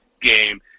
game